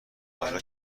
حالا